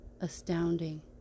Astounding